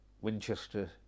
Winchester